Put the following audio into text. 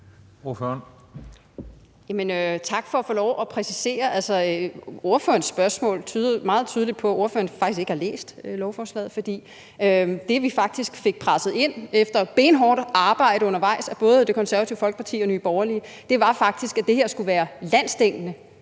Jamen tak for at få lov at præcisere det. Ordførerens spørgsmål tyder meget tydeligt på, at ordføreren faktisk ikke har læst lovforslaget, for det, vi faktisk fik presset ind efter benhårdt arbejde undervejs fra både Det Konservative Folkepartis og Nye Borgerliges side, var faktisk, at det her skulle være landsdækkende